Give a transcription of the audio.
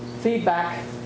feedback